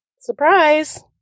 surprise